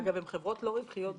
אגב, הן חברות לא רווחיות במיוחד.